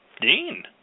Dean